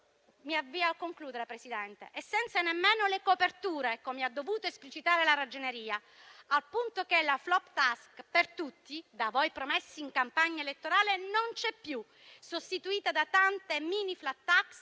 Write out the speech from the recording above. Ufficio parlamentare di bilancio, e senza nemmeno le coperture, come ha dovuto esplicitare la Ragioneria, al punto che la *flop tax* per tutti, da voi promessa in campagna elettorale, non c'è più, sostituita da tante mini *flat tax*